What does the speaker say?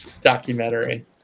documentary